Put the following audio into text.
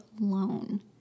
alone